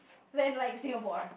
then like Singapore